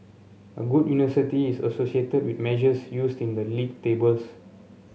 a good university is associated with measures used in the league tables